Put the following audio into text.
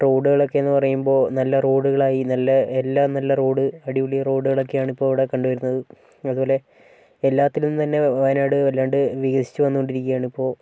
റോഡുകളൊക്കെന്നു പറയുമ്പോൾ നല്ല റോഡുകളായി നല്ല എല്ലാം നല്ല റോഡ് അടിപൊളി റോഡുകളൊക്കെയാണ് ഇപ്പോൾ ഇവിടെ കണ്ടു വരുന്നത് അതുപോലെ എല്ലാത്തിലും തന്നെ വയനാട് വല്ലാണ്ട് വികസിച്ചു വന്നുകൊണ്ടിരിക്കുകയാണ് ഇപ്പോൾ